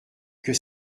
que